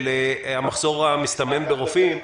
על המחסור המסתמן ברופאים.